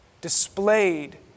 displayed